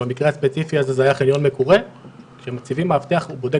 במקרה הספציפי הזה זה היה חניון מקורה שמציבים מאבטח או בודק